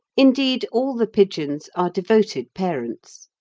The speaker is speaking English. indeed, all the pigeons are devoted parents.